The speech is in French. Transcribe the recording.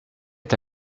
est